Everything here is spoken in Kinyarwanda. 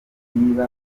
ibihingwa